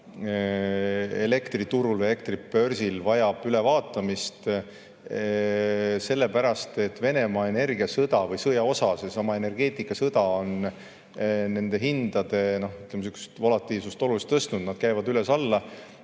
elektriturul, elektribörsil vajab ülevaatamist, sellepärast et Venemaa energiasõda või sõja osa, seesama energeetikasõda on nende hindade volatiilsust oluliselt tõstnud, need käivad üles-alla.